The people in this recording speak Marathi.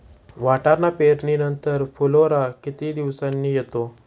वाटाणा पेरणी नंतर फुलोरा किती दिवसांनी येतो?